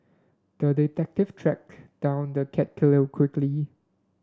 the detective tracked down the cat killer quickly